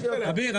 אביר.